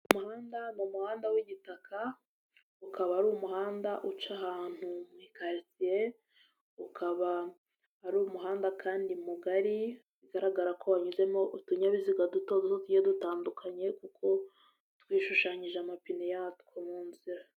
Umuhanda n'umuhanda w'igitaka ukaba ari umuhanda uca ahantu mu karitsiye, ukaba ari umuhanda kandi mugari bigaragara ko wanyuzemo utunyabiziga duto duto tugiye dutandukanye kuko twishushanyije amapine yatwo mu nzira.